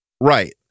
right